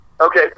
Okay